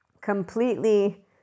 completely